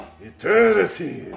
eternity